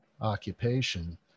occupation